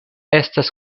estas